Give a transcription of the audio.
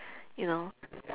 you know